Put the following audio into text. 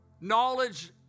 Knowledge